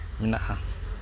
ᱢᱮᱱᱟᱜᱼᱟ